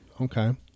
Okay